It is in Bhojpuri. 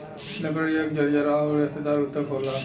लकड़ी एक झरझरा आउर रेसेदार ऊतक होला